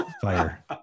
fire